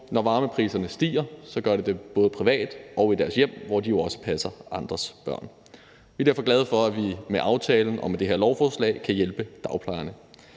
Når varmepriserne stiger, gør de det også i deres hjem, hvor de jo passer andres børn. Vi er derfor glade for, at vi med aftalen og det her lovforslag kan hjælpe dagplejerne.